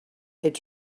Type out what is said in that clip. ets